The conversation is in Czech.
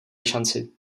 šanci